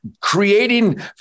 creating